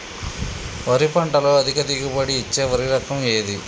వరి పంట లో అధిక దిగుబడి ఇచ్చే వరి రకం ఏది?